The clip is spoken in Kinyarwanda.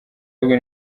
ahubwo